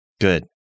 Good